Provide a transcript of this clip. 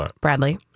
Bradley